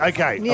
Okay